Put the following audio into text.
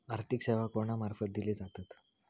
आर्थिक सेवा कोणा मार्फत दिले जातत?